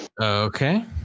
okay